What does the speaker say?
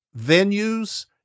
venues